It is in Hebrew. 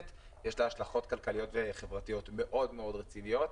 שיש לה השלכות כלכליות וחברתיות מאוד מאוד רציניות.